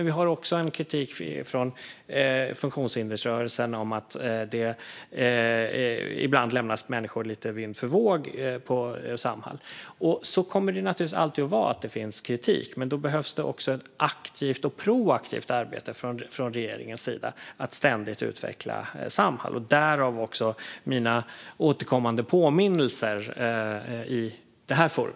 Vi har också en kritik från funktionshindersrörelsen som handlar om att människor ibland lämnas lite vind för våg på Samhall. Det kommer naturligtvis alltid att finnas kritik. Därför behövs det också ett aktivt och proaktivt arbete från regeringens sida att ständigt utveckla Samhall, därav mina återkommande påminnelser i detta forum.